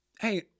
hey